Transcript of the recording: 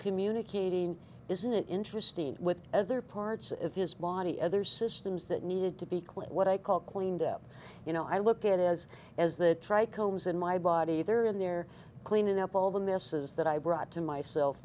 communicating isn't it interesting with other parts of his body other systems that need to be clear what i call cleaned up you know i look at it as as the try comes in my body they're in there cleaning up all the messes that i brought to myself